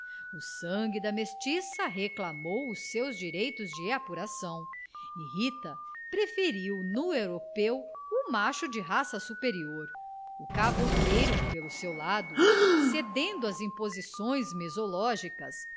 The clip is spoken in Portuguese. o sangue da mestiça reclamou os seus direitos de apuração e rita preferiu no europeu o macho de raça superior o cavouqueiro pelo seu lado cedendo às imposições mesológicas